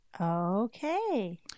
Okay